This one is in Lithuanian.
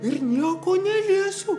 ir nieko neliesiu